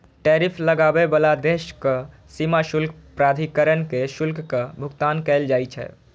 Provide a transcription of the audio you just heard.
tariff लगाबै बला देशक सीमा शुल्क प्राधिकरण कें शुल्कक भुगतान कैल जाइ छै